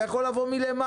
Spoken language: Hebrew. זה יכול לבוא מלמעלה,